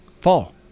fall